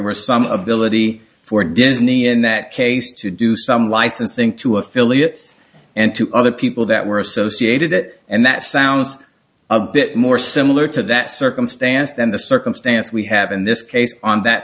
was some ability for disney in that case to do some licensing to affiliates and to other people that were associated it and that sounds a bit more similar to that circumstance than the circumstance we have in this case on that